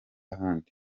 ahandi